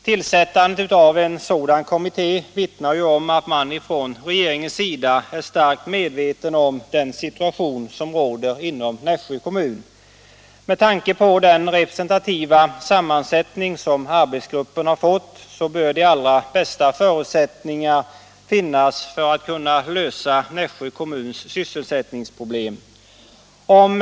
Tillsättandet av en sådan kommitté vittnar ju om att man från regeringens sida är starkt medveten om den situation som råder inom Nässjö kommun. Med tanke på den representativa sammansättning som arbetsgruppen har fått bör de allra bästa förutsättningar finnas för att Nässjö kommuns sysselsättningsproblem skall kunna lösas.